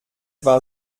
war